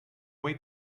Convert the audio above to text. way